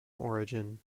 origin